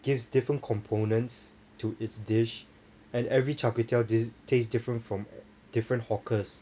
gives different components to its dish and every char kway teow taste different from different hawkers